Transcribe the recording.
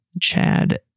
Chad